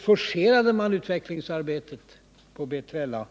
forcerade man utvecklingsarbetet på B3LA.